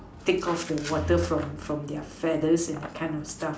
take off the water from from their feathers and that kind of stuff